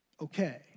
okay